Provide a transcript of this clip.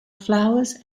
flowers